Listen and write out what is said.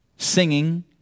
Singing